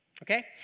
Okay